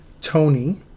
Tony